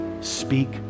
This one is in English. speak